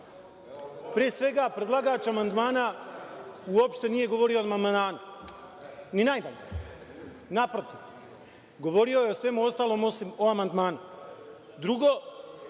svega predlagač amandmana uopšte nije govorio o amandmanu, ni najmanje. Naprotiv, govorio je o svemu ostalom osim o amandmanu. Drugo,